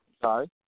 Sorry